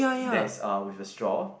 that's uh with a straw